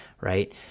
right